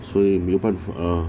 所以没有办法啊